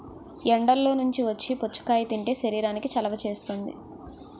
ఎండల్లో నుంచి వచ్చి పుచ్చకాయ తింటే శరీరానికి చలవ చేస్తుంది